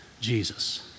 Jesus